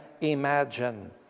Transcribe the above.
imagine